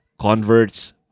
converts